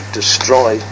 destroy